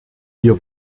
wir